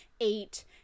eight